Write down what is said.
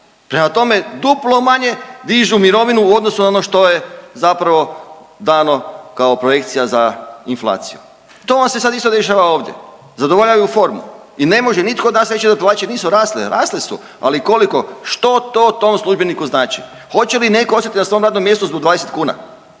prema tome duplo manje dižu mirovinu u odnosu na ono što je zapravo dano kao projekcija za inflaciju. To vam se sad isto dešava ovdje, zadovoljavaju formu i ne može nitko od nas reći da plaću nisu rasle, rasle su, ali koliko, što to tom službeniku znači, hoće li neko ostati na svom radnom mjestu zbog 20 kuna,